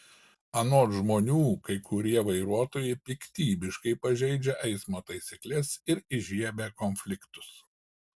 anot žmonių kai kurie vairuotojai piktybiškai pažeidžia eismo taisykles ir įžiebia konfliktus